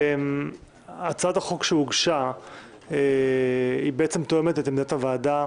הצעת החוק שהוגשה בעצם תואמת את עמדת הוועדה